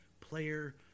player